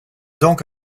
donc